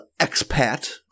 expat